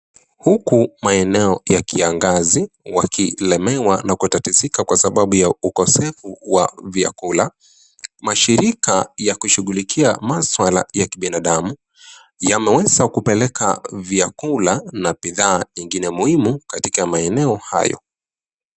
Huku maeneo ya kiangazi wakilemewa na kutatizika kwa sababu ya ukosifu wa vyakula. Mashirika ya kushughulikia maswala ya kibinadamu, yamaweza kupeleka vyakula na bidhaa ingine muhimu katika maeneo hayo.